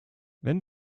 wenn